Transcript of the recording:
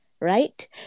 right